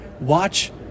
watch